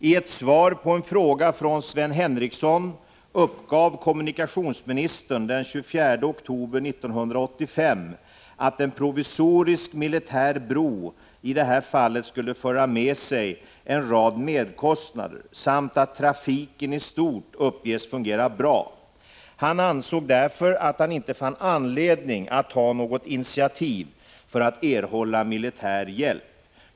I ett svar på en fråga från Sven Henricsson uppgav kommunikationsministern den 24 oktober 1985 att en provisorisk militär bro i det här fallet skulle föra med sig en rad merkostnader samt att trafiken i stort uppges fungera bra. Han ansåg därför att han inte fann anledning att ta något initiativ för att erhålla militär hjälp.